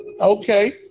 Okay